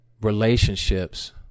relationships